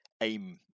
aim